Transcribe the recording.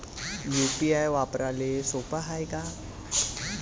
UPI वापराले सोप हाय का?